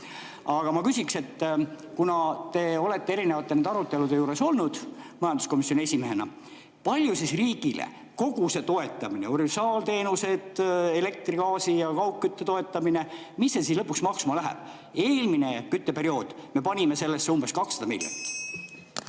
ma küsin teilt, kuna te olete erinevate nende arutelude juures olnud majanduskomisjoni esimehena. Kui palju riigile kogu see toetamine – universaalteenused, elektri, gaasi ja kaugkütte toetamine – lõpuks maksma läheb? Eelmisel kütteperioodil me panime sellesse umbes 200 miljonit.